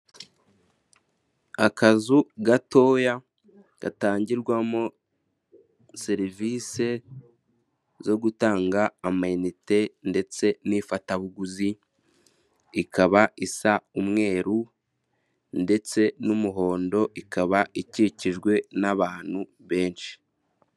Akazu gatoya gatangirwamo serivisi zo gutanga amayinite ndetse n'ifatabuguzi ikaba isa umweru ndetse n'umuhondo ikaba ikikijwe n'abantu benshi.